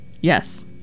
Yes